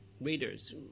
readers